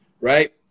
right